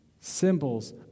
symbols